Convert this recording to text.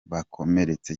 bakomeretse